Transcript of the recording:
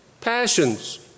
Passions